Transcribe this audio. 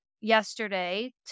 yesterday